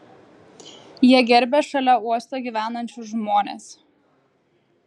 jie gerbia šalia uosto gyvenančius žmones